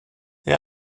they